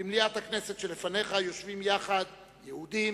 במליאת הכנסת שלפניך יושבים יחד יהודים,